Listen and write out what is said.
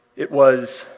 it was